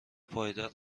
پایدار